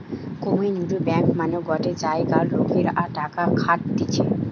community bank মানে গটে জায়গার লোকরা টাকা খাটতিছে